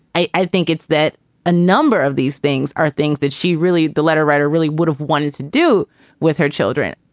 i i think it's that a number of these things are things that she really, the letter writer, really would've wanted to do with her children.